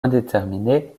indéterminée